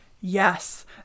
yes